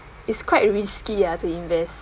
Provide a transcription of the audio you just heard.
is quite risky ah to invest